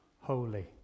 holy